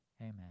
amen